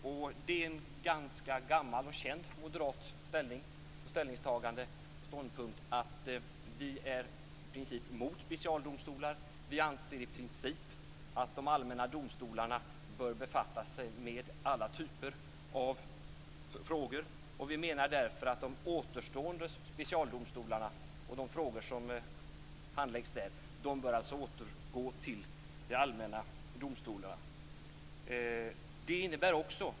Det är en gammal och känd moderat ståndpunkt att vi i princip är emot specialdomstolar. Vi anser att de allmänna domstolarna bör befatta sig med alla typer av frågor. De återstående specialdomstolarna och de frågor som där handläggs bör överföras till de allmänna domstolarna.